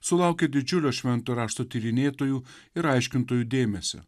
sulaukia didžiulio švento rašto tyrinėtojų ir aiškintojų dėmesio